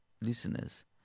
listeners